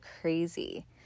crazy